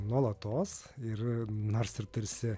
nuolatos ir nors ir tarsi